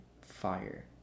fire